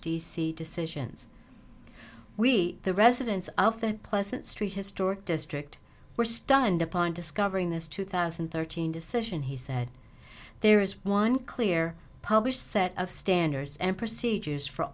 d c decisions we the residents of the pleasant st historic district were stunned upon discovering this two thousand and thirteen decision he said there is one clear published set of standards and procedures for